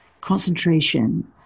Concentration